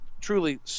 truly